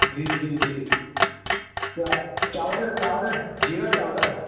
जी जी जी ॿिया चांवर चांवर जीरा चांवर